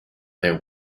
their